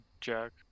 jack